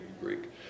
Greek